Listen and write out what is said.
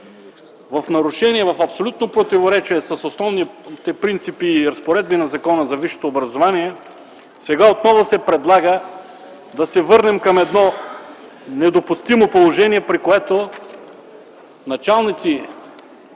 В нарушение, в абсолютно противоречие с основните принципи и разпоредби на Закона за висшето образование сега отново се предлага да се върнем към едно недопустимо положение, при което началници